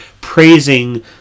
praising